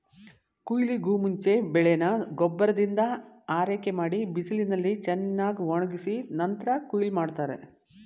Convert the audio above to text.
ಕುಯ್ಲಿಗೂಮುಂಚೆ ಬೆಳೆನ ಗೊಬ್ಬರದಿಂದ ಆರೈಕೆಮಾಡಿ ಬಿಸಿಲಿನಲ್ಲಿ ಚೆನ್ನಾಗ್ಒಣುಗ್ಸಿ ನಂತ್ರ ಕುಯ್ಲ್ ಮಾಡ್ತಾರೆ